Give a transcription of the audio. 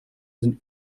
sind